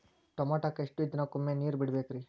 ಟಮೋಟಾಕ ಎಷ್ಟು ದಿನಕ್ಕೊಮ್ಮೆ ನೇರ ಬಿಡಬೇಕ್ರೇ?